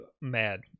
mad